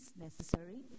necessary